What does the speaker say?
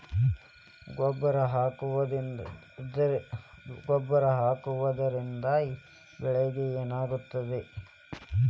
ಗೊಬ್ಬರ ಹಾಕುವುದರಿಂದ ಬೆಳಿಗ ಏನಾಗ್ತದ?